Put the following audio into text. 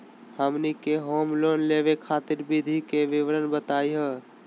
हमनी के home loan लेवे खातीर विधि के विवरण बताही हो?